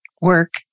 work